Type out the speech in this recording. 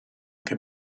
che